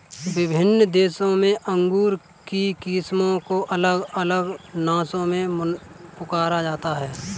विभिन्न देशों में अंगूर की किस्मों को अलग अलग नामों से पुकारा जाता है